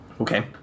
Okay